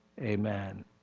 Amen